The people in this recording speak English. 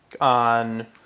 on